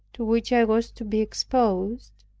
to which i was to be exposed,